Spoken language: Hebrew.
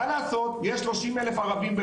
מה לעשות, יש 30 אלף ערבים.